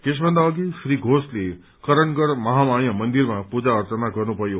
यसभन्दा अघि श्री घोषले करणगढ़ महामाया मन्दिरमा पूजा अर्चना गर्नुभयो